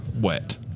wet